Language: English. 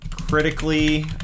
critically